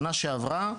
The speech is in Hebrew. שנה שעברה,